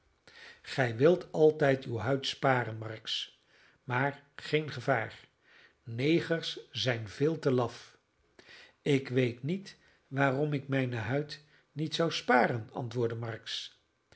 gij wilt altijd uw huid sparen marks maar geen gevaar negers zijn veel te laf ik weet niet waarom ik mijne huid niet zou sparen antwoordde marks